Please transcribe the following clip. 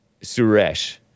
Suresh